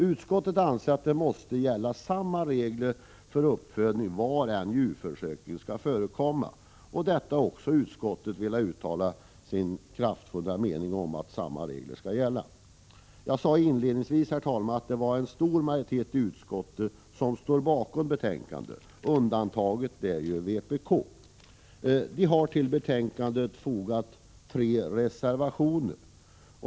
Utskottet anser att samma regler för uppfödning måste gälla var än djurförsöken skall förekomma. Även om detta att samma regler skall gälla har utskottet velat uttala sin kraftfulla mening. Jag sade inledningsvis, herr talman, att det var en stor majoritet i utskottet som står bakom betänkandet. Undantaget är vpk. Partiet har till betänkandet fogat 3 reservationer.